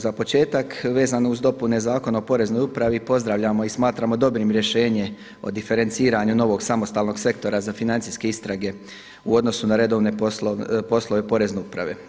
Za početak vezano uz dopune Zakona o Poreznoj upravi pozdravljamo i smatramo dobrim rješenje o diferenciranju novog samostalnog sektora za financijske istrage u odnosu na redovne poslove Porezne uprave.